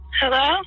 Hello